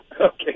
Okay